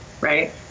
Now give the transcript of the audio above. right